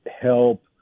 help